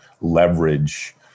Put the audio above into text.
leverage